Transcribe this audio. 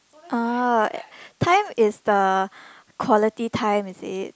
oh time is the quality time is it